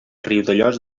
riudellots